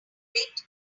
bit